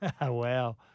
Wow